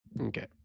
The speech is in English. okay